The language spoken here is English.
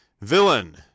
villain